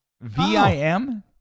V-I-M